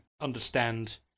understand